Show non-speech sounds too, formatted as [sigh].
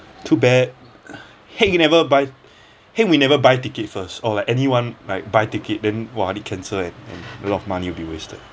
too bad heng never buy [breath] heng we never buy ticket first or anyone like buy ticket then !wah! need cancel eh and a lot of money will be wasted